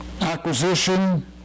acquisition